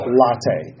latte